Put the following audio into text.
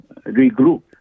regroup